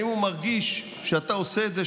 האם הוא מרגיש שאתה עושה את זה?